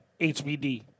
hbd